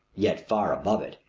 yet far above it,